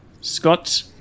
Scott